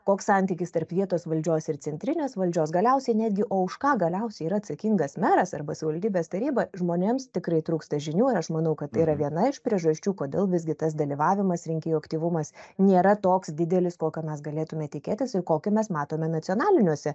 koks santykis tarp vietos valdžios ir centrinės valdžios galiausiai netgi o už ką galiausiai yra atsakingas meras arba savivaldybės taryba žmonėms tikrai trūksta žinių ir aš manau kad tai yra viena iš priežasčių kodėl visgi tas dalyvavimas rinkėjų aktyvumas nėra toks didelis kokio mes galėtume tikėtis ir kokio mes matome nacionaliniuose